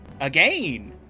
again